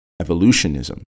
evolutionism